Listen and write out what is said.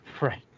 Right